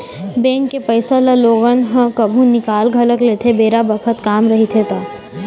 bank के पइसा ल लोगन ह कभु निकाल घलोक लेथे बेरा बखत काम रहिथे ता